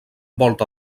volta